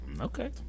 Okay